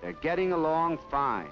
they're getting along fine